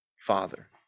father